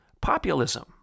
populism